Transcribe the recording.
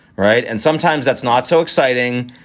right. and sometimes that's not so exciting.